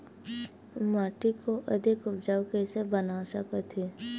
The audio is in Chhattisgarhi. माटी को अधिक उपजाऊ कइसे बना सकत हे?